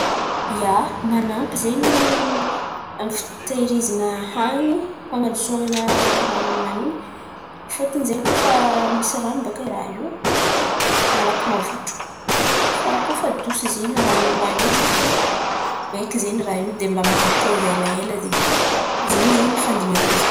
ia, man̈ampy zen̈y amy ny fitehirizana han̈in̈y fan̈adosoana ran̈o amin̈any in̈y, fôton̈y zen̈y kôa fa misy ran̈o zen̈y raha io malaky mavitro. Fa kôa fa adoso zen̈y ranon̈y raha io zen̈y maiky zen̈y raha io dia, mba mateza elaela zen̈y, zay zen̈y fandiniako izy.